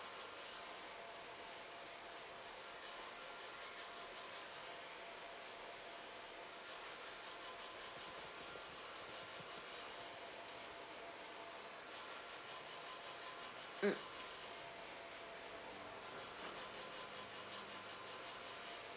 mm